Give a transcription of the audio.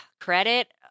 credit